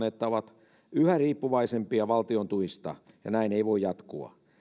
että ovat yhä riippuvaisempia valtion tuista ja näin ei voi jatkua